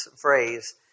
phrase